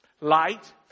Light